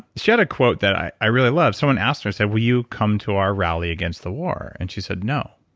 she had a quote that i i really love. someone asked her and said, will you come to our rally against the war? and she said, no.